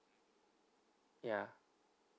ya